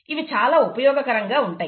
ఇవి చాలా ఉపయోగకరంగాఉంటాయి